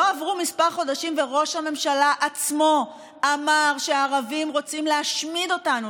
לא עברו חודשים מספר וראש הממשלה עצמו אמר שהערבים רוצים להשמיד אותנו.